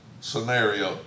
scenario